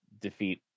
defeat